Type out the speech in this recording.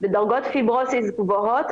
בדרגות פיברוזיס גבוהות,